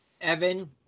Evan